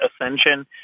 ascension